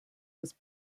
was